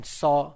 saw